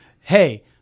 hey